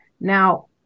now